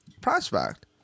prospect